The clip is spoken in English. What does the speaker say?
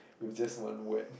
it was just one word